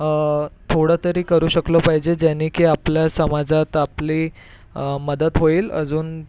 थोडं तरी करू शकलो पाहिजे ज्याने की आपला समाजात आपली मदत होईल अजून